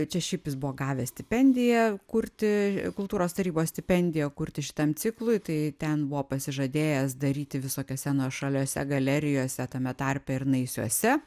čia šiaip jis buvo gavęs stipendiją kurti kultūros tarybos stipendiją kurti šitam ciklui tai ten buvo pasižadėjęs daryti visokiose nuošaliose galerijose tame tarpe ir naisiuose